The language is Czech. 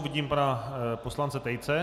Vidím pana poslance Tejce.